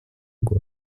год